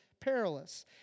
perilous